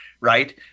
right